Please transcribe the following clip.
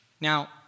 Now